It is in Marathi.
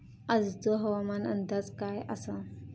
आजचो हवामान अंदाज काय आसा?